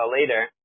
later